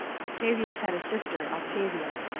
octavius had a sister, octavia,